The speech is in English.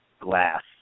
glass